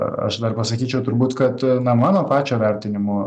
a aš dar pasakyčiau turbūt kad na mano pačio vertinimu